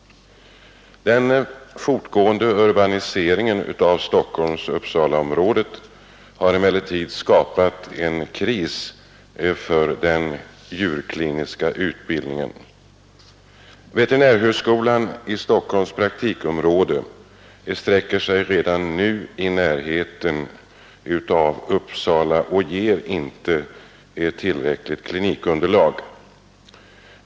Den fortgående urbaniseringen av Stockholm/ Uppsalaområdet har emellertid skapat en kris för den djurkliniska utbildningen. Veterinärhögskolans i Stockholm praktikområde sträcker sig redan nu nästan fram till Uppsala utan att ge tillräckligt klinikunderlag.